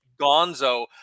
gonzo